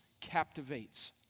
captivates